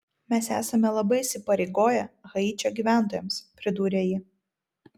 mes esame labai įsipareigoję haičio gyventojams pridūrė ji